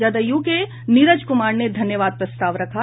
जदयू के नीरज कुमार ने धन्यवाद प्रस्ताव रखा